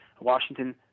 Washington